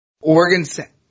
Oregon